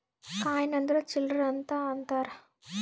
coin ಅಂದ್ರ ಚಿಲ್ಲರ್ ಅಂತ ಅಂತಾರ